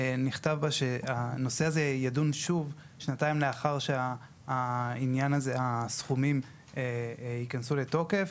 נכתב בה שהנושא הזה יידון שוב כשנתיים לאחר שהסכומים יכנסו לתוקף,